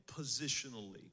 positionally